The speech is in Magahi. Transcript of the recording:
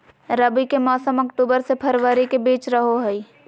रबी के मौसम अक्टूबर से फरवरी के बीच रहो हइ